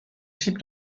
type